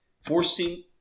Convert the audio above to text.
Forcing